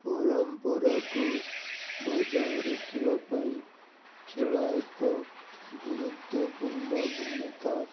ପରମ୍ପରାକୁ ବଜାଇ ରଖିବାପାଇଁ ଖେଳ ଏକ ଗୁରୁତ୍ୱପୂର୍ଣ୍ଣ ଭୂମିକା